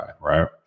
Right